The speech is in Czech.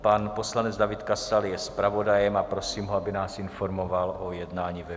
Pan poslanec David Kasal je zpravodajem a prosím ho, aby nás informoval o jednání ve výboru.